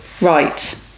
right